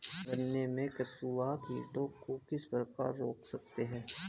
गन्ने में कंसुआ कीटों को किस प्रकार रोक सकते हैं?